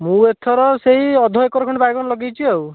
ମୁଁ ଏଥର ସେଇ ଅଧ ଏକର ଖଣ୍ଡେ ବାଇଗଣ ଲଗାଇଛି ଆଉ